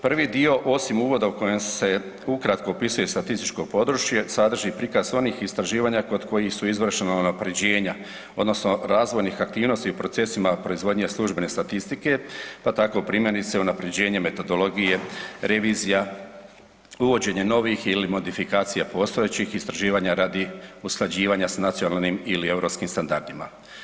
Prvi dio osim uvoda u kojem se ukratko opisuje statističko područje sadrži prikaz onih istraživanja kod kojih su izvršena unapređenja odnosno razvojnih aktivnosti u procesima proizvodnje službene statistike pa tako primjerice unapređenje metodologije revizija, uvođenje novih ili modifikacija postojećih istraživanja radi usklađivanje s nacionalnim ili europskim standardima.